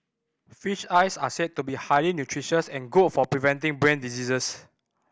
fish eyes are said to be highly nutritious and good for preventing brain diseases